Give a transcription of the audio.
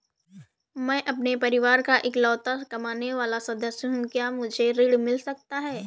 मैं अपने परिवार का इकलौता कमाने वाला सदस्य हूँ क्या मुझे ऋण मिल सकता है?